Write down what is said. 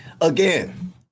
Again